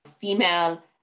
female